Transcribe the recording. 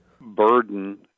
Burden